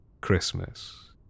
Christmas